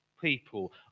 people